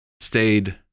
stayed